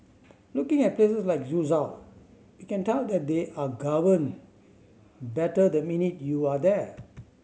looking at places like Suzhou you can tell that they are governed better the minute you are there